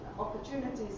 opportunities